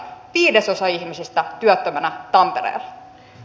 viidesosa ihmisistä työttömänä tampereella